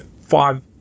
five